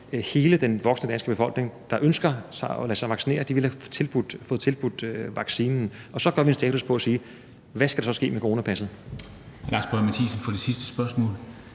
hele den voksne danske befolkning, der ønsker at lade sig vaccinere, have fået tilbudt vaccinen. Og så gør vi en status og siger: Hvad skal der så ske med coronapasset? Kl. 14:22 Formanden (Henrik